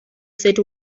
seat